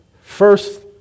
First